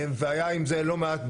והיה עם זה לא מעט בעיות.